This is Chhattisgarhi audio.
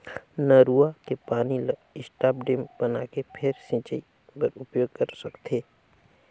नरूवा के पानी ल स्टॉप डेम बनाके फेर सिंचई बर उपयोग कर सकथे